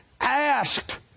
asked